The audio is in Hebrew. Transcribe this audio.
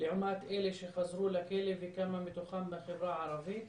לעומת אלה שחזרו לכלא וכמה מתוכם מהחברה הערבית.